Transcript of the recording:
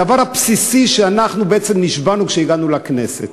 הדבר הבסיסי שאנחנו בעצם נשבענו כשהגענו לכנסת.